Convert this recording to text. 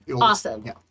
Awesome